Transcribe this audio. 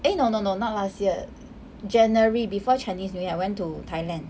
eh no no no not last year january before chinese new year I went to Thailand